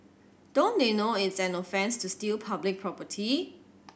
don't they know it's an offence to steal public property